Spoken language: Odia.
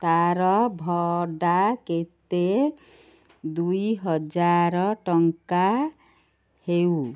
ତା'ର ଭଡ଼ା କେତେ ଦୁଇ ହଜାର ଟଙ୍କା ହେଉ